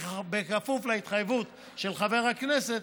בכפוף להתחייבות של חבר הכנסת,